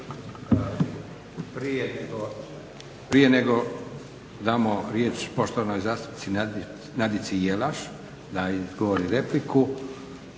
Prije nego damo riječ poštovanoj zastupnici Nadici Jelaš da odgovori repliku